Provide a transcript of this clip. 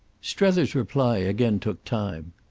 strether's reply again took time.